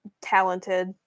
talented